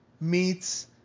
meets